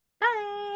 Bye